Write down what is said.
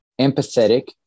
empathetic